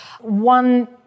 One